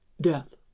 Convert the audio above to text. Death